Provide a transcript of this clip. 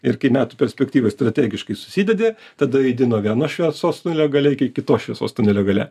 ir kai metų perspektyvą strategiškai susidedi tada judi nuo vienos šviesos tunelio gale iki kitos šviesos tunelio gale